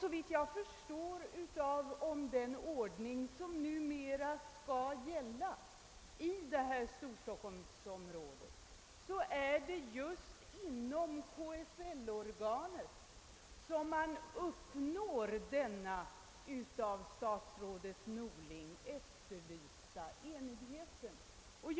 Såvitt jag förstår av den ordning som numera skall gälla i Storstockholmsområdet, så är det just inom KSL-organet som den av statsrådet Norling efterlysta enigheten uppnåtts.